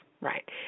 right